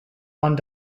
one